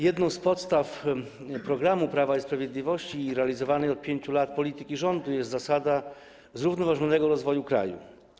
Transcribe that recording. Jedną z podstaw programu Prawa i Sprawiedliwości i realizowanej od 5 lat polityki rządu jest zasada zrównoważonego rozwoju kraju.